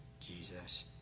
Jesus